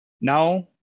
Now